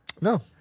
No